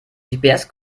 gps